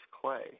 Clay